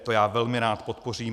To já velmi rád podpořím.